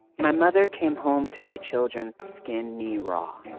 my mother came home to her children skin knee raw